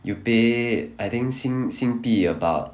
you pay I think 新新币 about